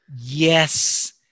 Yes